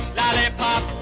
lollipop